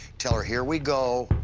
tell her, here we go.